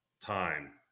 time